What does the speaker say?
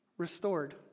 restored